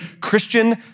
Christian